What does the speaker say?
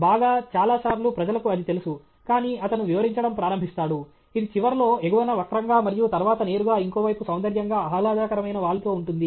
బాగా చాలా సార్లు ప్రజలకు అది తెలుసు కానీ అతను వివరించడం ప్రారంభిస్తాడు ఇది చివర్లో ఎగువన వక్రంగా మరియు తర్వాత నేరుగా ఇంకో వైపు సౌందర్యంగా ఆహ్లాదకరమైన వాలుతో ఉంటుంది